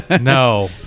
No